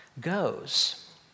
goes